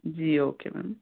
ji okay ma'am